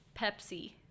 Pepsi